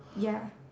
ya